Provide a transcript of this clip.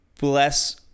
bless